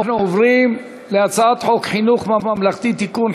אנחנו עוברים להצעת חוק חינוך ממלכתי (תיקון,